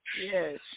Yes